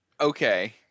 Okay